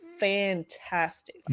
Fantastic